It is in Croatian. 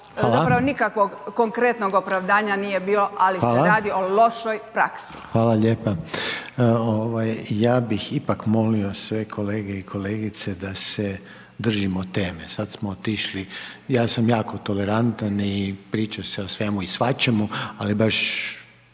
zapravo nikakvog konkretnog opravdanja bilo ali se radi o lošoj praksi. **Reiner, Željko (HDZ)** Hvala, hvala lijepa. Ja bih ipak molio sve kolege i kolegice da se držimo teme. Sada smo otišli, ja sam jako tolerantan i priča se o svemu i svačemu ali baš